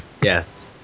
Yes